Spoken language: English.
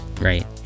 Right